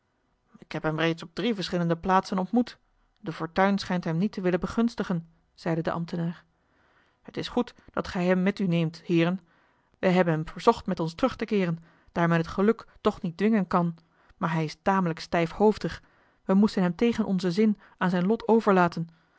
ik heb hem reeds op drie verschillende plaatsen ontmoet de fortuin schijnt hem niet te willen begunstigen zeide de ambtenaar t is goed dat gij hem met u neemt heeren we hebhen hem verzocht met ons terug te keeren daar men het geluk toch niet dwingen kan maar hij is tamelijk stijfhoofdig we moesten hem tegen onzen zin aan zijn lot overlaten